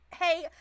Hey